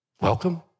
welcome